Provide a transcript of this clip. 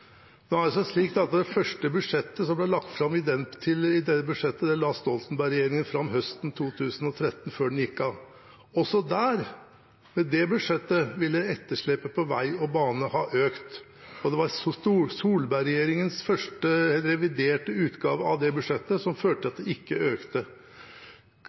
Nå har det seg slik at det første budsjettet som ble lagt fram i forbindelse med den, la Stoltenberg-regjeringen fram høsten 2013, før den gikk av. Også der, ved det budsjettet, ville etterslepet på vei og bane ha økt. Det var Solberg-regjeringens reviderte utgave av det budsjettet som førte til at det ikke økte.